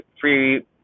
free